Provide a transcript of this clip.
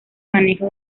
manejo